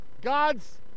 God's